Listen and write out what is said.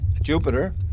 Jupiter